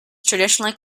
traditionally